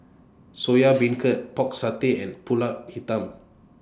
Soya Beancurd Pork Satay and Pulut Hitam